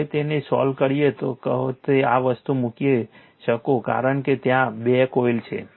હવે તેને સોલ્વ કરી શકો છો તેથી આ વસ્તુ મૂકી શકો છો કારણ કે ત્યાં 2 કોઇલ છે